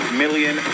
million